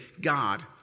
God